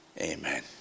Amen